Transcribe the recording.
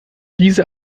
diese